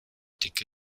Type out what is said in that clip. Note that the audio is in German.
dicke